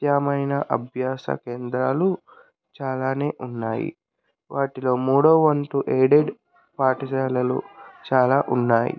ప్రత్యామైన అభ్యాస కేంద్రాలు చాలానే ఉన్నాయి వాటిలో మూడోవంతు ఎయిడెడ్ పాఠశాలలు చాలా ఉన్నాయి